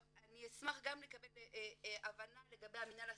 אני אשמח גם לקבל הבנה לגבי מינהל הסטודנטים,